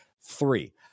three